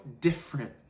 different